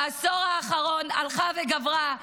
בעשור האחרון הלכה וגברה.